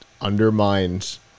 undermines